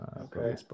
Okay